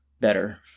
Better